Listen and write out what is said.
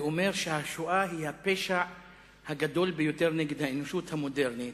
ואומר שהשואה היא הפשע הגדול ביותר נגד האנושות המודרנית,